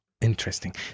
interesting